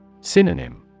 Synonym